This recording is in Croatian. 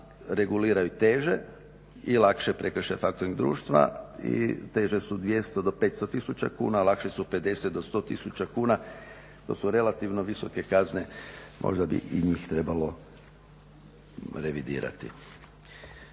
reguliraju teže i lakše prekršaje factoring društva i teže su 200 do 500 tisuća kuna a lakše su 50 do 100 tisuća kuna, to su relativno visoke kazne, možda bi i njih trebalo revidirati.